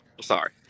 Sorry